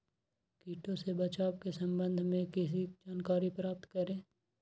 किटो से बचाव के सम्वन्ध में किसी जानकारी प्राप्त करें?